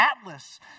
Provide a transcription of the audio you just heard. Atlas